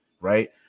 right